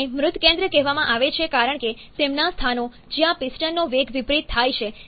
તેમને મૃત કેન્દ્રો કહેવામાં આવે છે કારણ કે તેમના સ્થાનો જ્યાં પિસ્ટનનો વેગ વિપરીત થાય છે